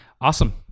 Awesome